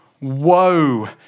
Woe